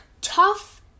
tough